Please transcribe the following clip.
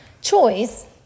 Choice